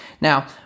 now